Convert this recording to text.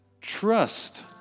Trust